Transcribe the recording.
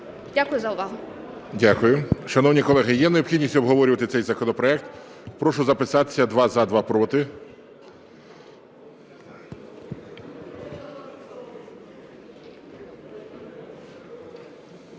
Дякую за увагу.